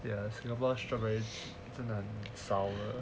ya singapore strawberry 真的很 sour